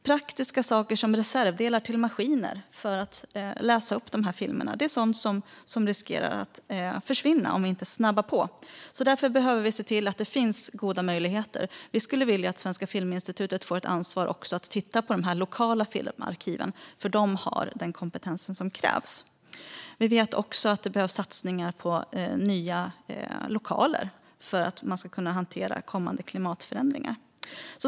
Praktiska saker såsom reservdelar till maskiner för att läsa upp filmerna är sådant som riskerar att försvinna om vi inte snabbar på. Därför behöver vi se till att det finns goda möjligheter till det här. Vi skulle vilja att Svenska Filminstitutet också får ett ansvar att titta på de lokala filmarkiven, eftersom de har den kompetens som krävs. Det behövs vidare satsningar på nya lokaler för att man ska kunna hantera kommande klimatförändringar.